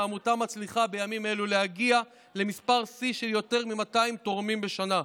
העמותה מצליחה בימים אלו להגיע למספר שיא של יותר מ-200 תורמים בשנה.